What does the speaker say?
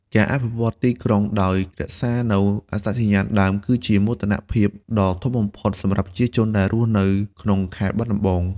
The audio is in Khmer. ការអភិវឌ្ឍទីក្រុងដោយរក្សានូវអត្តសញ្ញាណដើម គឺជាមោទនភាពដ៏ធំបំផុតសម្រាប់ប្រជាជនដែលរស់នៅក្នុងខេត្តបាត់ដំបង។